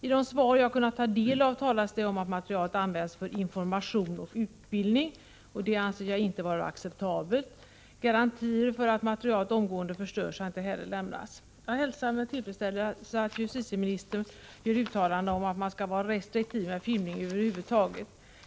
I de svar jag kunnat ta del av talas det om att materialet används för information och utbildning, och det anser jaginte vara acceptabelt. Garantier för att materialet omedelbart förstörs har inte heller lämnats. Jag hälsar med tillfredsställelse att justitieministern gör ett uttalande om att man skall vara restriktiv med filmning över huvud taget.